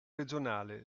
regionale